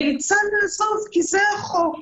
נאלצה לעזוב, כי זה החוק.